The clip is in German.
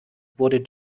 wurde